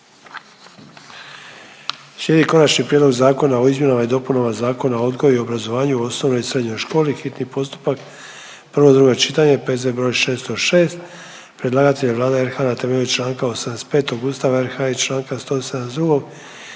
(HDZ)** Konačni prijedlog zakona o izmjenama i dopunama Zakona o odgoju i obrazovanju u osnovnoj i srednjoj školi, hitni postupak, prvo i drugo čitanje, P.Z. br. 606, predlagatelj je Vlada, rasprava je zaključena. Amandmane je,